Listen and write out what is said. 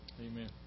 Amen